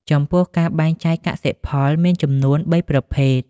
ចំពោះការបែងចែកកសិផលមានចំនួនបីប្រភេទ។